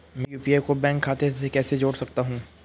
मैं यू.पी.आई को बैंक खाते से कैसे जोड़ सकता हूँ?